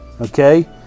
Okay